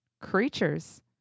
creatures